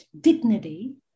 dignity